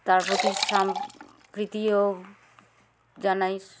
তার প্রতি সম্প্রীতিও জানাই